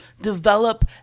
Develop